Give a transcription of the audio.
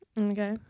okay